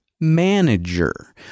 manager